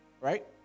Right